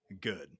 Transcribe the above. good